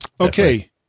Okay